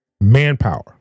manpower